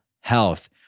health